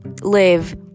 live